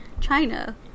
China